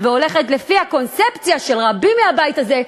והולכת לפי הקונספציה של רבים מהבית הזה,